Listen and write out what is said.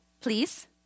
please